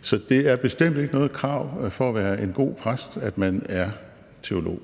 Så det er bestemt ikke noget krav for at være en god præst, at man er teolog.